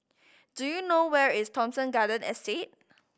do you know where is Thomson Garden Estate